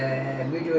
mmhmm